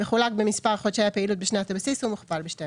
מחולק במספר חודשי הפעילות בשנת הבסיס ומוכפל ב-12,